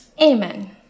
Amen